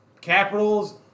Capitals